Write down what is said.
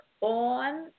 on